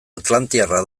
atlantiarra